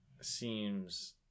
seems